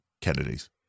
Kennedy's